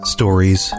Stories